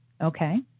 Okay